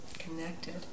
connected